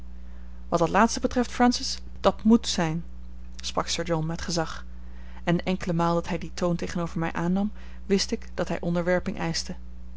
wat dat laatste betreft francis dat moet zijn sprak sir john met gezag en de enkele maal dat hij dien toon tegenover mij aannam wist ik dat hij onderwerping eischte